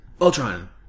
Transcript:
Ultron